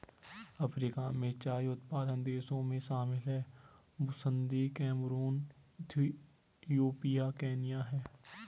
Africa में चाय उत्पादक देशों में शामिल हैं बुसन्दी कैमरून इथियोपिया केन्या है